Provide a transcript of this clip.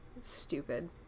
stupid